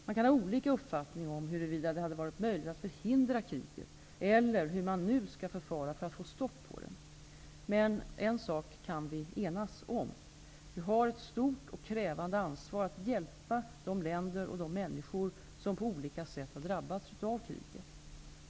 Man kan ha olika uppfattningar om huruvida det hade varit möjligt att förhindra kriget eller om hur man nu skall förfara för att sätta stopp för det. Men en sak kan vi enas om: Vi har ett stort och krävande ansvar att hjälpa de länder och de människor som på olika sätt drabbats av kriget.